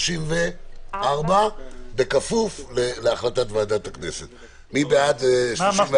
הסתייגות מס' 16. מי בעד ההסתייגות?